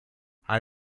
hai